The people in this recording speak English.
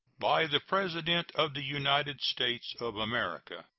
by the president of the united states of america.